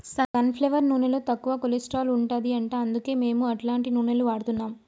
sun flower నూనెలో తక్కువ cholesterol ఉంటది అంట అందుకే మేము అట్లాంటి నూనెలు వాడుతున్నాం